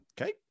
Okay